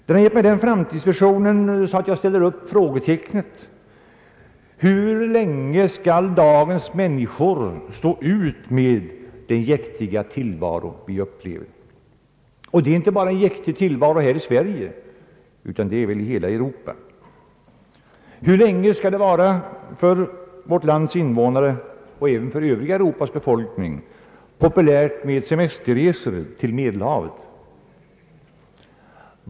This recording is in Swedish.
Den har föranlett mig att fråga: Hur länge skall dagens människor stå ut med den jäktiga tillvaro som vi upp lever — och tillvaron är jäktig inte bara här i Sverige utan väl i hela Europa — och hur länge skall det för vårt lands invånare och för den övriga befolkningen i Europa vara populärt med semesterresor till Medelhavet?